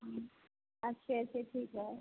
अच्छे से ठीक है